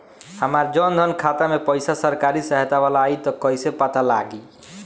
हमार जन धन खाता मे पईसा सरकारी सहायता वाला आई त कइसे पता लागी?